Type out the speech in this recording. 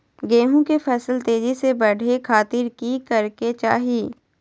गेहूं के फसल तेजी से बढ़े खातिर की करके चाहि?